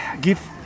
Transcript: give